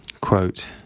Quote